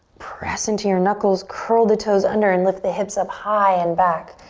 press into your knuckles, curl the toes under and lift the hips up high and back.